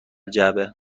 جعبه